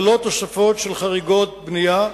ללא תוספות של חריגות בנייה.